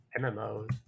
MMOs